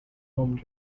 home